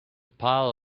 pile